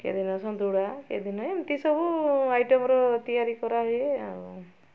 କେଉଁ ଦିନ ସନ୍ତୁଳା କେଉଁ ଦିନ ଏମିତି ସବୁ ଆଇଟମ୍ର ତିଆରି କରା ହୁଏ ଆଉ